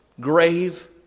grave